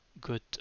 good